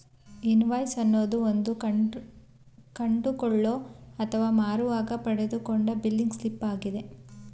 invoice ಅನ್ನೋದು ಒಂದು ಕೊಂಡುಕೊಳ್ಳೋ ಅಥವಾ ಮಾರುವಾಗ ಪಡೆದುಕೊಂಡ ಬಿಲ್ಲಿಂಗ್ ಸ್ಲಿಪ್ ಆಗಿದೆ